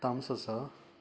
तामसो आसा